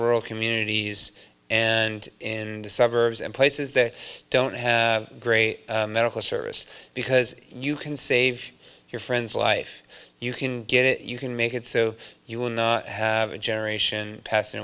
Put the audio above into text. rural communities and in the suburbs and places that don't have great medical service because you can save your friend's life you can get it you can make it so you will not have a generation passing